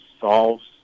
solves